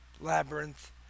labyrinth